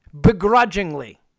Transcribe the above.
begrudgingly